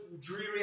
dreary